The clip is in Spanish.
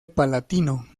palatino